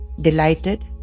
Delighted